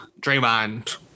Draymond